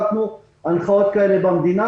שבכלל ניתנו הנחיות כאלה במדינה,